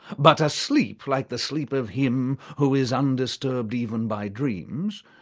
but a sleep like the sleep of him who is undisturbed even by dreams,